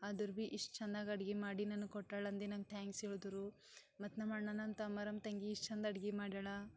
ಆದ್ರು ಭಿ ಇಷ್ಟು ಚೆನ್ನಾಗಿ ಅಡ್ಗೆ ಮಾಡಿ ನನಗೆ ಕೊಟ್ಟಾಳಂದು ನಂಗೆ ಥ್ಯಾಂಕ್ಸ್ ಹೇಳಿದ್ರು ಮತ್ತು ನಮ್ಮ ಅಣ್ಣ ನನ್ನ ತಮ್ಮ ನನ್ನ ತಂಗಿ ಇಷ್ಟು ಚಂದ ಅಡ್ಗೆ ಮಾಡ್ಯಾಳ